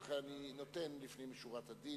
ולכן, אני נותן לפנים משורת הדין,